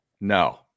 No